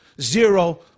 Zero